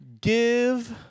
give